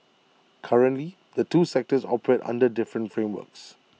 currently the two sectors operate under different frameworks